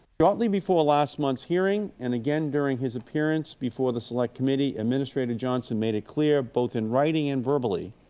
shortly before last month's hearing and again during his appearance before the select committee, administrator johnson made it clear, both in writing and verbally,